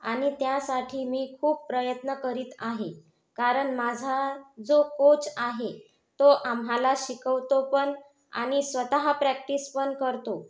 आणि त्यासाठी मी खूप प्रयत्न करीत आहे कारण माझा जो कोच आहे तो आम्हाला शिकवतो पण आणि स्वतः प्रॅक्टिस पण करतो